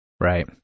Right